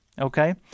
Okay